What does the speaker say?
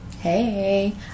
Hey